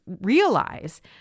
realize